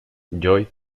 lloyd